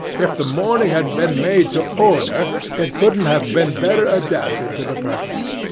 if the morning had been made to order, it couldn't have been better adapted to the purpose.